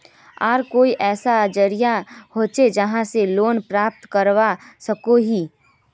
आर कोई ऐसा जरिया होचे जहा से लोन प्राप्त करवा सकोहो ही?